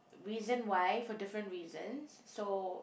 reason why for different reasons so